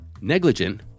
negligent